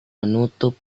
menutup